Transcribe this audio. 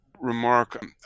remark